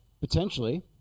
Potentially